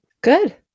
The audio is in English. Good